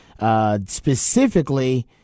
Specifically